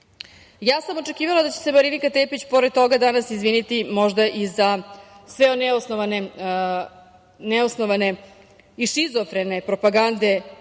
sam očekivala da će se Marinika Tepić pored toga danas izviniti možda i za sve one neosnovane i šizofrene propagande